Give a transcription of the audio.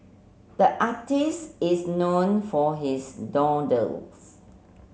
the artist is known for his